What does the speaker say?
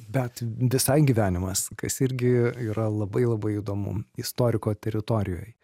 bet visai gyvenimas kas irgi yra labai labai įdomu istoriko teritorijoj